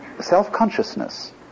self-consciousness